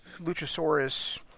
Luchasaurus